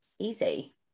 easy